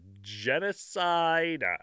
genocide